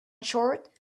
short